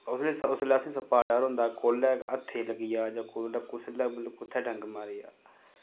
उसलै उसलै असें सप्पा दा डर होंदा कुल्लै हत्थै ई लग्गी जा जां कुल्लै कुसलै कुत्थै डंग मारी जा